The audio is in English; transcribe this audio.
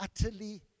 utterly